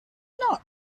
not